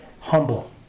humble